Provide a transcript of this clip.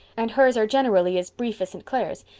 and hers are generally as brief as st. clair's.